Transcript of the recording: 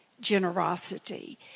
generosity